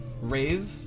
rave